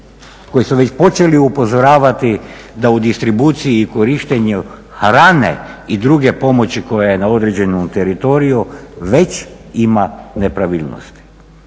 koji su već počeli upozoravati da u distribuciju i korištenju hrane i druge pomoći koja je na određenom teritoriju već ima nepravilnosti.